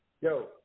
Yo